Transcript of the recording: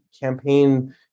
campaign